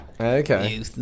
okay